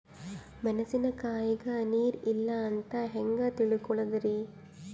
ಮೆಣಸಿನಕಾಯಗ ನೀರ್ ಇಲ್ಲ ಅಂತ ಹೆಂಗ್ ತಿಳಕೋಳದರಿ?